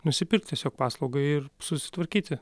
nusipirkt tiesiog paslaugą ir susitvarkyti